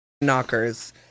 knockers